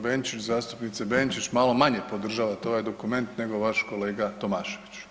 Benčić, zastupnice Benčić malo manje podržavate ovaj dokument nego vaš kolega Tomašević.